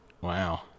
Wow